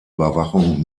überwachung